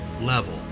level